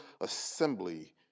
assembly